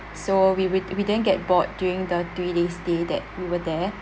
so we we we didn't get bored during the three days stay that we were there